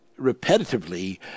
repetitively